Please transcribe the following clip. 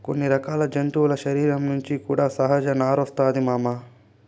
కొన్ని రకాల జంతువుల శరీరం నుంచి కూడా సహజ నారొస్తాది మామ